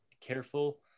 careful